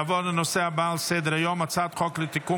נעבור לנושא הבא על סדר-היום: הצעת חוק לתיקון